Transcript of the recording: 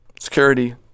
security